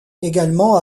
également